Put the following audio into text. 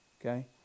okay